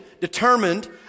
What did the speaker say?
determined